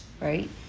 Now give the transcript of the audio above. right